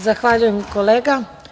Zahvaljujem kolega.